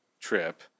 trip